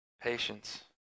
patience